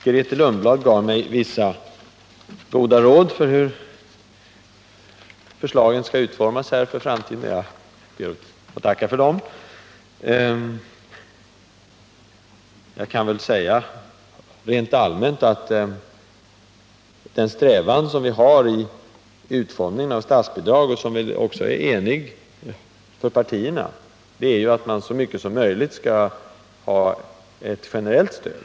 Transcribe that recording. Grethe Lundblad gav mig vissa goda råd när det gäller hur förslagen skall utformas i framtiden. Jag ber att få tacka för dem. Jag kan säga rent allmänt, att den strävan vi har när det gäller utformningen av statsbidrag, som också partierna är eniga om, är att vi i största möjliga utsträckning skall ha ett generellt stöd.